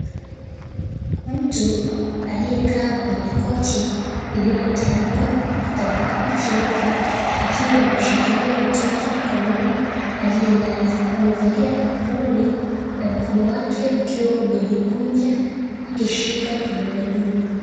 Mtu aiyekaa kwenye kochi lililotandikwa kitambara cheupe akiwa ameshikilia mtoto mkononi aliyelala amevalia aproni na mkono wake ukiwa umejikunja akishika kidole gumba.